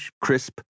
crisp